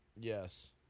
Yes